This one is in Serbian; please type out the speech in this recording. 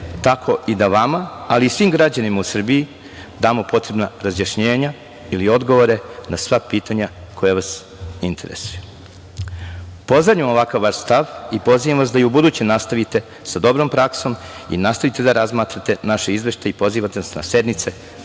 tako i da vama, ali i svim građanima u Srbiji, damo potrebna razjašnjenja ili odgovore na sva pitanja koja vas interesuju. Pozdravljam ovakav vaš stav i pozivam vas da i ubuduće nastavite sa dobrom praksom i nastavite da razmatrate naše izveštaje i pozivate nas na sednice